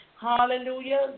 Hallelujah